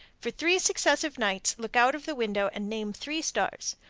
for three successive nights look out of the window and name three stars.